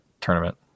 tournament